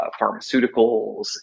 pharmaceuticals